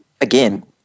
again